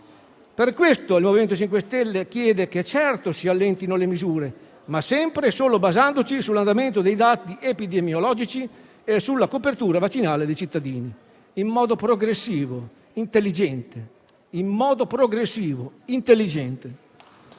Per questo il MoVimento 5 Stelle chiede certamente che si allentino le misure, ma sempre e solo basandosi sull'andamento dei dati epidemiologici e sulla copertura vaccinale dei cittadini, in modo progressivo e intelligente.